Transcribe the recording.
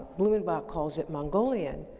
blumenbach calls it mongolian,